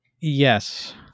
yes